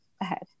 ahead